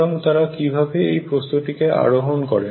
সুতরাং তারা কিভাবে এই প্রস্তটিকে আরোহন করে